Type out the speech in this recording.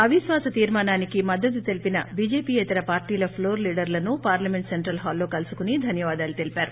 అవిశ్వాస తీర్మానానికి మద్దతు తెలిపిన బీజేపీయేతర పార్టీల ఫ్లోర్లీడర్లను పార్లమెంటు సెంట్రల్ హాల్లో కలుసుకుని ధన్యవాదాలు తెలిపారు